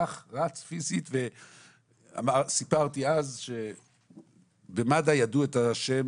האח רץ פיזית וסיפרתי אז שבמד"א ידעו את השם